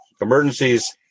emergencies